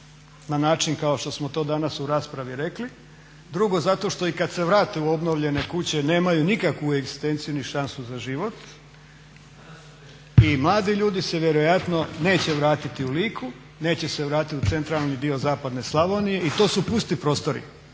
na način kao što smo to danas u raspravi rekli. Drugo, zato što i kad se vrate u obnovljene kuće nemaju nikakvu egzistenciju ni šansu za život. I mladi ljudi se vjerojatno neće vratiti u Liku, neće se vratiti u centralni dio zapadne Slavonije i to su pusti prostori.